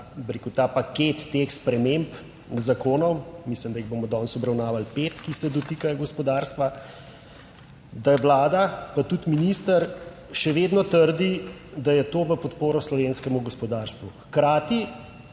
rekel, ta paket teh sprememb zakonov, mislim da jih bomo danes obravnavali pet, ki se dotikajo gospodarstva, da Vlada pa tudi minister še vedno trdi, da je to v podporo slovenskemu gospodarstvu, hkrati